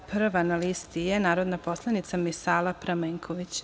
Prva na listi je narodna poslanica Misala Pramenković.